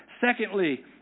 Secondly